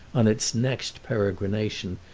on its next peregrination,